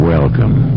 Welcome